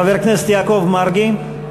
חבר הכנסת יעקב מרגי,